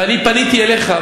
ואני פניתי אליך.